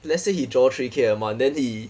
let's say he draw three K a month then he